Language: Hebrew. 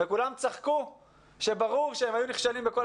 כולם צחקו ואמרו שברור שהם היו נכשלים בכל